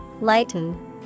lighten